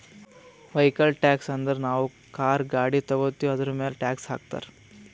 vehicle tax ಅಂದುರ್ ನಾವು car, ಗಾಡಿ ತಗೋತ್ತಿವ್ ಅದುರ್ಮ್ಯಾಲ್ ಟ್ಯಾಕ್ಸ್ ಹಾಕ್ತಾರ್